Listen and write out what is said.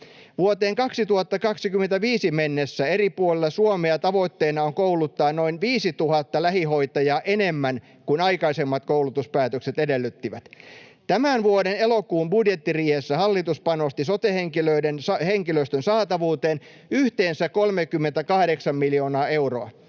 Vuoteen 2025 mennessä eri puolilla Suomea tavoitteena on kouluttaa noin 5 000 lähihoitajaa enemmän kuin aikaisemmat koulutuspäätökset edellyttivät. Tämän vuoden elokuun budjettiriihessä hallitus panosti sote-henkilöstön saatavuuteen yhteensä 38 miljoonaa euroa: